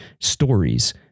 stories